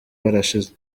barashize